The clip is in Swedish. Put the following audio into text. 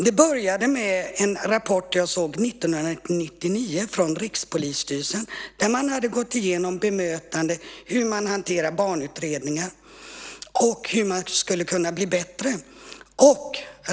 Det började med en rapport jag såg 1999 från Rikspolisstyrelsen, där man hade gått igenom bemötande, hur man hanterar barnutredningar och hur man skulle kunna bli bättre.